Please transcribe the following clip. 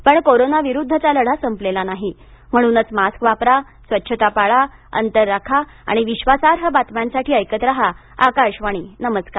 पण कोरोना विरुद्धचा लढा संपलेला नाही म्हणूनच मास्क वापरा स्वच्छता पाळा अंतर राखा आणि विश्वासार्ह बातम्यांसाठी ऐकत रहा आकाशवाणी नमस्कार